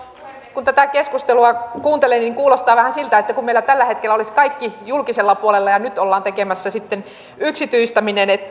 kun tätä keskustelua kuuntelee niin kuulostaa vähän siltä kuin meillä tällä hetkellä olisi kaikki julkisella puolella ja nyt ollaan tekemässä sitten yksityistäminen